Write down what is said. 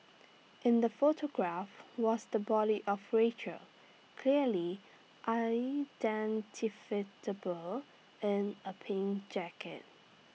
in the photograph was the body of Rachel clearly in A pink jacket